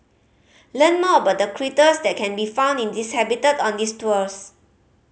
learn more about the critters that can be found in this habitat on these tours